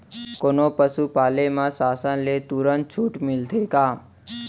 कोनो पसु पाले म शासन ले तुरंत छूट मिलथे का?